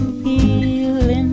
feeling